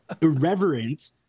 irreverent